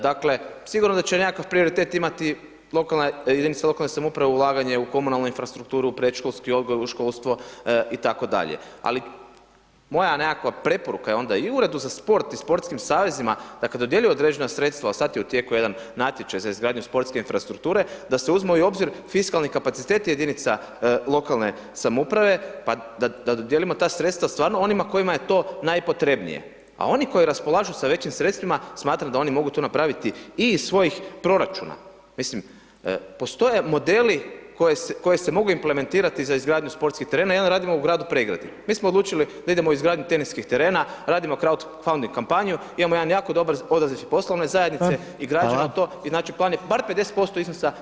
Dakle, sigurno da će nekakav prioritet imati jedinice lokalne samouprave u ulaganje u komunalnu infrastrukturu, u predškolski odgoj, u školstvo itd., ali moja nekakva preporuka je onda i u uredu za sport i sportskim savezima, dakle, dodjeljuje određena sredstva, sad je u tijeku jedan natječaj za izgradnju sportske infrastrukture da se uzmu i u obzir fiskalni kapaciteti jedinica lokalne samouprave, pa da dodijelimo ta sredstva stvarno onima kojima je to najpotrebnije, a oni koji raspolažu sa većim sredstvima, smatram da oni mogu to napraviti i iz svojih proračuna, mislim postoje modeli koje se mogu implementirati za izgradnju sportskih terena i jedan radimo u gradu Pregradi, mi smo odlučili da idemo u izgradnju teniskih terena, radimo… [[Govornik se ne razumije]] kampanju, imamo jedan jako dobar odaziv i poslovne zajednice i [[Upadica: Hvala]] i… [[Govornik se ne razumije]] znači, plan je bar 50% iznosa…